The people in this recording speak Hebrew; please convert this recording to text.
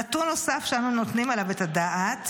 נתון נוסף שאנו נותנים עליו את הדעת,